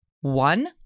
one